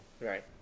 Right